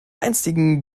einstigen